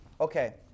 Okay